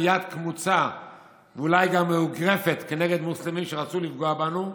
יד קמוצה ואולי גם מאוגרפת כנגד מוסלמים שרצו לפגוע בנו,